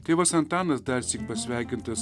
tėvas antanas darsyk pasveikintas